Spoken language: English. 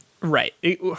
Right